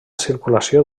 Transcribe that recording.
circulació